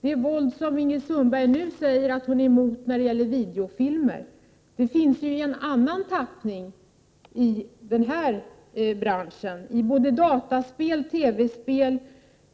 Det våld som Ingrid Sundberg nu säger sig vara emot när det gäller videofilmer — det våldet finns jui en annan tappning i den här branschen: i både dataspel och TV-spel,